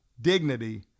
dignity